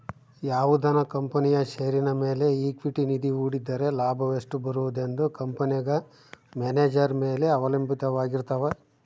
ಯಾವುದನ ಕಂಪನಿಯ ಷೇರಿನ ಮೇಲೆ ಈಕ್ವಿಟಿ ನಿಧಿ ಹೂಡಿದ್ದರೆ ಲಾಭವೆಷ್ಟು ಬರುವುದೆಂದು ಕಂಪೆನೆಗ ಮ್ಯಾನೇಜರ್ ಮೇಲೆ ಅವಲಂಭಿತವಾರಗಿರ್ತವ